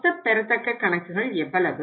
மொத்தப் பெறத்தக்க கணக்குகள் எவ்வளவு